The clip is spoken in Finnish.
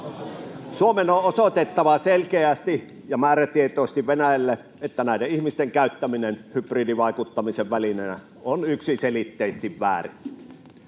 Suomen on osoitettava selkeästi ja määrätietoisesti Venäjälle, että näiden ihmisten käyttäminen hybridivaikuttamisen välineenä on yksiselitteisesti väärin.